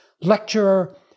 Lecturer